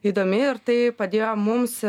įdomi ir tai padėjo mums